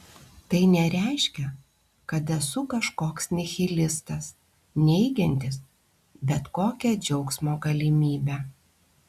tai nereiškia kad esu kažkoks nihilistas neigiantis bet kokią džiaugsmo galimybę